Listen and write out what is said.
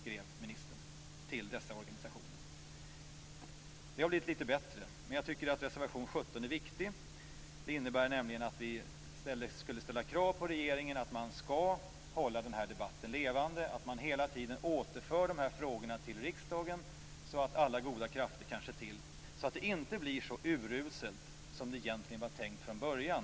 Det har blivit bättre. Men jag tycker att reservation nr 17 är viktig. Vi skall ställa krav på regeringen att hålla debatten levande, att man hela tiden återför frågorna till riksdagen så att alla goda krafter kan se till att MAI-avtalet inte blir så uruselt som det var tänkt från början.